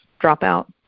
dropout